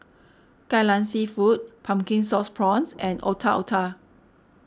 Kai Lan Seafood Pumpkin Sauce Prawns and Otak Otak